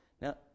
Now